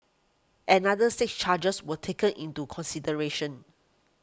another six charges were taken into consideration